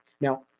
Now